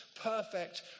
perfect